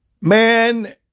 Man